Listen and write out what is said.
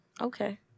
Okay